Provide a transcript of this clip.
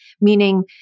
meaning